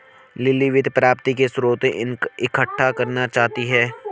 lily वित्त प्राप्ति के स्रोत इकट्ठा करना चाहती है